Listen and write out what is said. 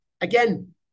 again